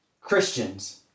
Christians